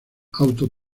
auto